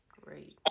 Great